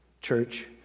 church